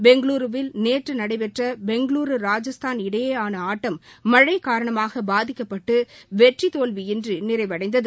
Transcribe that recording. பெங்களூருவில் நேற்று நடைபெற்ற பெங்களூரு ராஜஸ்தான் இடையேயான ஆட்ம் மழை காரணமாக பாதிக்கப்பட்டு வெற்றி தோல்வியின்றி நிறைவடைந்தது